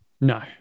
No